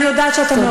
אני יודעת שאתה מעורב.